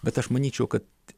bet aš manyčiau kad